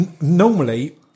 Normally